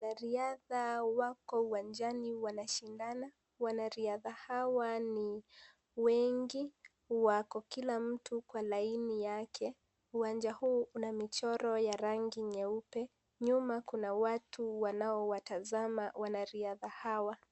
Wanariadha wako uwanjani wanashindana, wanariadha hawa ni wengi wako kila mtu kwa laini yake, uwanja huu una mchoro ya rangi nyeupe, nyuma kuna watu wanaowatazama wanariadha hawa.